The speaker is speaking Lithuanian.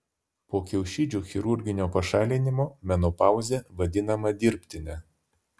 po kiaušidžių chirurginio pašalinimo menopauzė vadinama dirbtine